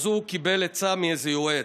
אז הוא קיבל עצה מאיזה יועץ.